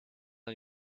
are